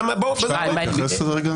למה ייעוץ עסקי?